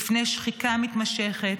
בפני שחיקה מתמשכת,